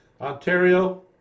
Ontario